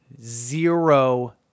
Zero